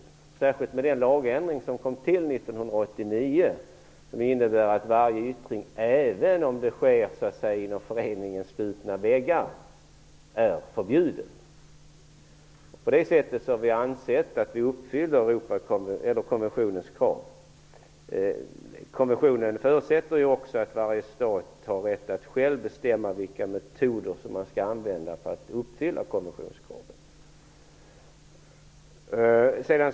Detta gäller särskilt efter den lagändring som tillkom år 1989 och som innebär att varje sådan yttring, även om den sker inom föreningens slutna väggar, är förbjuden. På det sättet har vi ansett att vi uppfyller konventionens krav. Konventionen förutsätter också att varje stat har rätt att själv bestämma vilka metoder som man skall använda för att uppfylla konventionskraven.